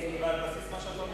אבל על בסיס מה שאתה אומר,